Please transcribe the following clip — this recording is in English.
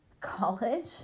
college